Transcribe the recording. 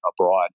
abroad